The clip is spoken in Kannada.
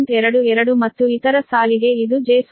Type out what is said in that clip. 22 ಮತ್ತು ಇತರ ಸಾಲಿಗೆ ಇದು j0